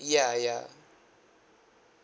ya ya